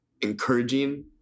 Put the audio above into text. encouraging